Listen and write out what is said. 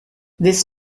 this